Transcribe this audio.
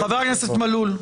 חבר הכנסת מלול,